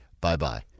Bye-bye